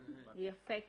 יפה.